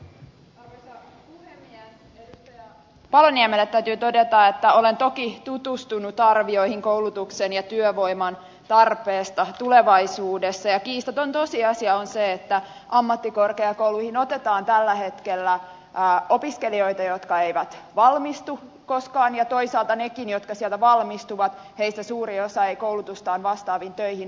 edustaja paloniemelle täytyy todeta että olen toki tutustunut arvioihin koulutuksen ja työvoiman tarpeesta tulevaisuudessa ja kiistaton tosiasia on se että ammattikorkeakouluihin otetaan tällä hetkellä opiskelijoita jotka eivät valmistu koskaan ja toisaalta niistäkin jotka sieltä valmistuvat suuri osa ei koulutustaan vastaaviin töihin työllisty